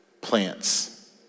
plants